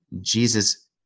Jesus